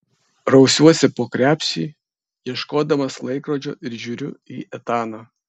rausiuosi po krepšį ieškodamas laikrodžio ir žiūriu į etaną